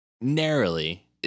narrowly